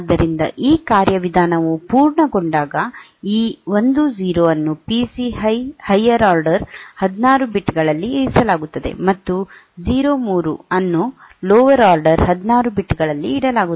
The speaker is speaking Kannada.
ಆದ್ದರಿಂದ ಈ ಕಾರ್ಯವಿಧಾನವು ಪೂರ್ಣಗೊಂಡಾಗ ಈ 1 0 ಅನ್ನು PC high higher order 16 bit ಗಳಲ್ಲಿ ಇರಿಸಲಾಗುತ್ತದೆ ಮತ್ತು 0 3 ಅನ್ನು ಲೋವರ್ ಆರ್ಡರ್ 16 ಬಿಟ್ ಗಳಲ್ಲಿ ಇಡಲಾಗುತ್ತದೆ